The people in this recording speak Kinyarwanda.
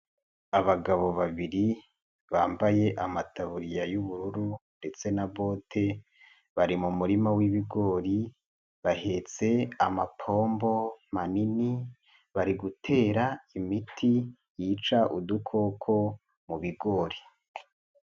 Abagabo babiri bambaye amataburiya y'ubururu ndetse na bote. Bari mu murima w'ibigori, bahetse amapombo manini. Bari gutera imiti yica udukoko mu bigori.